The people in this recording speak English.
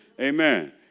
Amen